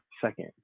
second